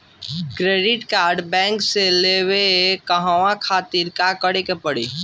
Credit card bank से लेवे कहवा खातिर का करे के पड़ी?